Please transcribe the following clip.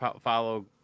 follow